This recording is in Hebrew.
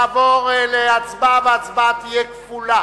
לכן, נעבור להצבעה שתהיה כפולה,